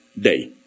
day